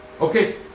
Okay